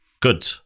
Good